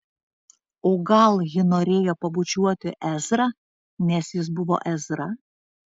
o gal ji norėjo pabučiuoti ezrą nes jis buvo ezra